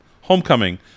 Homecoming